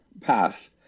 pass